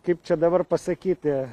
kaip čia dabar pasakyti